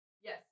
Yes